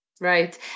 right